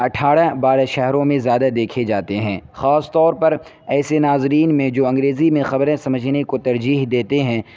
اٹھارہ بارہ شہروں میں زیادہ دیکھے جاتے ہیں خاص طور پر ایسے ناظرین میں جو انگریزی میں خبریں سمجھنے کو ترجیح دیتے ہیں